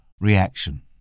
reaction